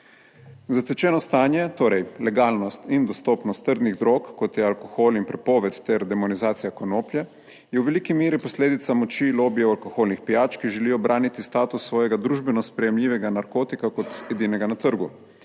Zatečeno stanje, torej legalnost in dostopnost trdnih drog, kot je alkohol in prepoved ter demonizacija konoplje, je v veliki meri posledica moči lobijev alkoholnih pijač, ki želijo braniti status svojega družbeno sprejemljivega narkotika kot edinega na trgu,